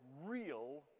real